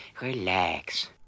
relax